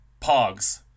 pogs